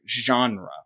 genre